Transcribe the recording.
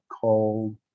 called